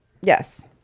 Yes